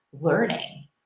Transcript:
learning